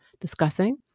discussing